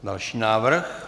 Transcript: Další návrh.